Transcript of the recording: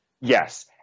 Yes